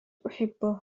أحبه